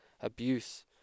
abuse